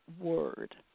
word